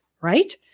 Right